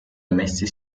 emessi